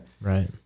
Right